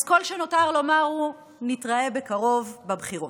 אז כל שנותר לומר הוא נתראה בקרוב, בבחירות.